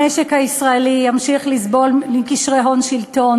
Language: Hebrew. המשק הישראלי ימשיך לסבול מקשרי הון-שלטון